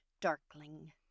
darkling